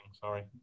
Sorry